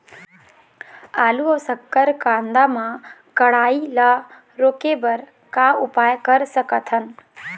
आलू अऊ शक्कर कांदा मा कढ़ाई ला रोके बर का उपाय कर सकथन?